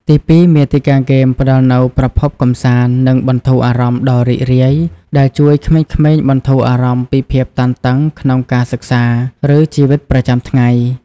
ទីពីរ មាតិកាហ្គេមផ្តល់នូវ ប្រភពកម្សាន្ត និងបន្ធូរអារម្មណ៍ ដ៏រីករាយ ដែលជួយក្មេងៗបន្ធូរអារម្មណ៍ពីភាពតានតឹងក្នុងការសិក្សា ឬជីវិតប្រចាំថ្ងៃ។